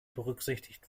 berücksichtigt